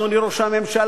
אדוני ראש הממשלה,